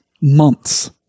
months